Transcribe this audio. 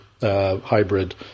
hybrid